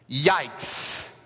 Yikes